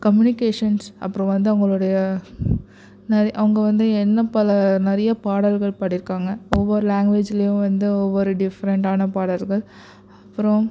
communications அப்புறம் வந்து அவங்களுடைய நிறை அவங்க வந்து இன்னும் பல நிறைய பாடல்கள் பாடியிருக்காங்க ஒவ்வொரு லாங்குவேஜ்லையும் வந்து ஒவ்வொரு டிஃப்ரெண்டான பாடல்கள் அப்புறம்